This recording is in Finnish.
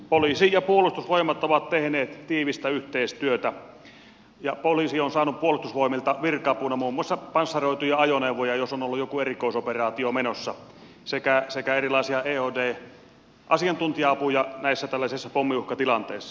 poliisi ja puolustusvoimat ovat tehneet tiivistä yhteistyötä ja poliisi on saanut puolustusvoimilta virka apuna muun muassa panssaroituja ajoneuvoja jos on ollut joku erikoisoperaatio menossa sekä erilaisia eod asiantuntija apuja pommiuhkatilanteissa